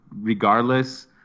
regardless